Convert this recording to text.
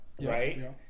Right